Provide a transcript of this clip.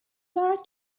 دارد